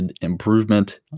improvement